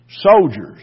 soldiers